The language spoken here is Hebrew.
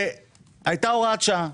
הייתה הוראת שעה.